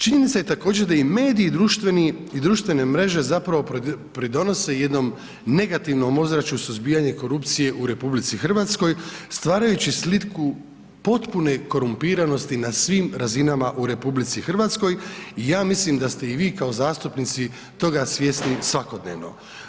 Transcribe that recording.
Činjenica je također da i mediji i društvene mreže zapravo pridonose jednom negativnom ozračju suzbijanju korupcije u RH, stvarajući sliku potpune korumpiranosti na svim razinama u RH, i ja mislim da ste i vi kao zastupnici toga svjesni svakodnevno.